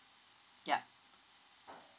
yup